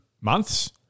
months